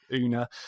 una